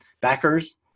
backers